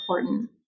important